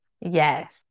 yes